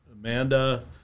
amanda